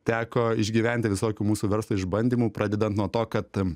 teko išgyventi visokių mūsų verslo išbandymų pradedant nuo to kad